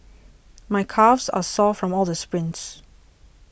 my calves are sore from all the sprints